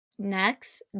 Next